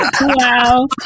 Wow